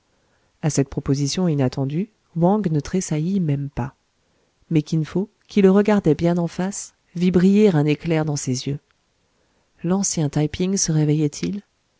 a cette proposition inattendue wang ne tressaillit même pas mais kin fo qui le regardait bien en face vit briller un éclair dans ses yeux l'ancien taï ping se réveillait il